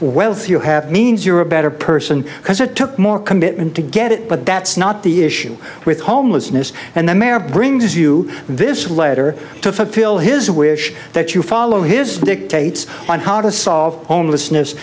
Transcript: wealth you have means you're a better person because it took more commitment to get it but that's not the issue with homelessness and the mare brings you this letter to fulfill his wish that you follow his dictates on how to solve